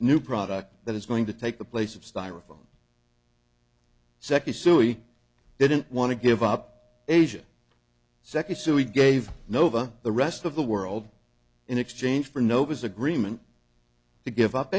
new product that is going to take the place of styrofoam seche so we didn't want to give up asia second so we gave nova the rest of the world in exchange for no it was agreement to give up